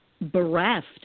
bereft